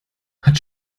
hat